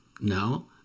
No